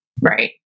Right